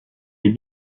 les